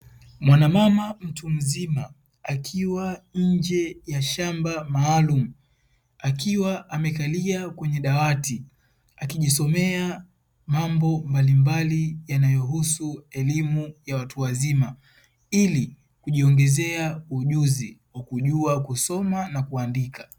Mwanamama mtu mzima akiwa nje ya shamba maalumu, akiwa amekalia kwenye dawati akijisomea mambo mbalimbali yanayohusu elimu ya watu wazima, ili kujiongezea ujuzi wa kujua kusoma na kuandika.